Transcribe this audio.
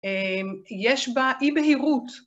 ‫יש בה אי בהירות.